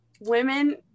women